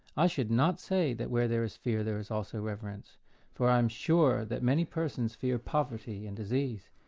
i should not say that where there is fear there is also reverence for i am sure that many persons fear poverty and disease,